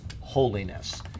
holiness